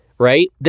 right